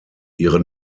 ihre